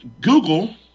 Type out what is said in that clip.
Google